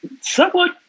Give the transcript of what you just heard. somewhat